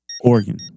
Organ